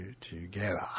together